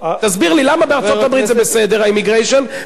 תסביר לי למה בארצות-הברית זה בסדר ה- immigration חבר הכנסת,